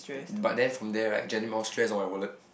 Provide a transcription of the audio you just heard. but then from there right generate more stress on my wallet